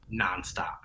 nonstop